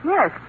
Yes